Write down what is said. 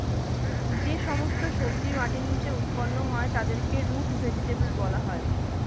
যে সমস্ত সবজি মাটির নিচে উৎপন্ন হয় তাদেরকে রুট ভেজিটেবল বলা হয়